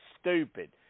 stupid